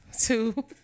two